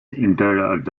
interred